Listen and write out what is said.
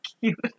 cute